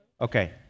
Okay